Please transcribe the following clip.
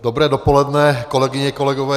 Dobré dopoledne, kolegyně, kolegové.